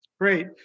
Great